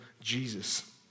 Jesus